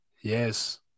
Yes